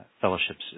fellowships